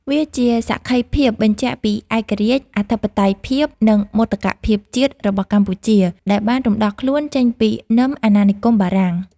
វាជាសក្ខីភាពបញ្ជាក់ពីឯករាជ្យ អធិបតេយ្យភាព និងមោទកភាពជាតិរបស់កម្ពុជា ដែលបានរំដោះខ្លួនចេញពីនឹមអាណានិគមបារាំង។